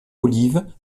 olive